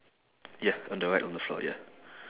ya on the right on the floor ya